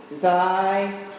thy